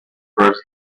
first